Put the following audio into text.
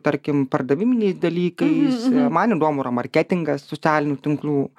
tarkim pardaviminiais dalykais man įdomu yra marketingas socialinių tinklų